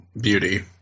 Beauty